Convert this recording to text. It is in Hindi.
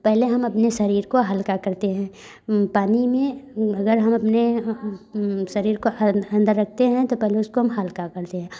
पहले हम अपने शरीर को हल्का करते हैं पानी में अगर हम अपने शरीर को अंदर रखते हैं तो पहले हम उसको हल्का करते हैं